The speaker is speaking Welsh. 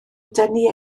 dynnu